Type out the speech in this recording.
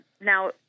Now